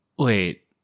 Wait